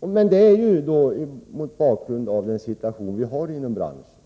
Men det sker ju mot bakgrund av den situation vi har inom branschen.